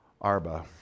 Arba